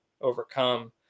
overcome